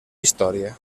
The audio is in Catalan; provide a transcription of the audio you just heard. història